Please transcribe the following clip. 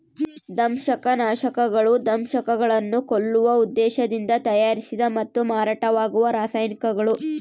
ದಂಶಕನಾಶಕಗಳು ದಂಶಕಗಳನ್ನು ಕೊಲ್ಲುವ ಉದ್ದೇಶದಿಂದ ತಯಾರಿಸಿದ ಮತ್ತು ಮಾರಾಟವಾಗುವ ರಾಸಾಯನಿಕಗಳು